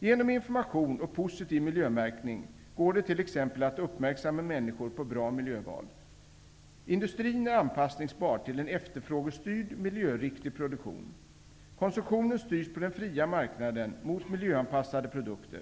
Genom information och positiv miljömärkning går det t.ex. att uppmärksamma människor på bra miljöval. Industrin är anpassningsbar till en efterfrågestyrd miljöriktig produktion. Konsumtionen styrs på den fria marknaden mot miljöanpassade produkter.